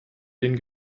den